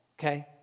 okay